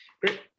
Great